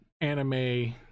anime